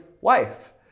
wife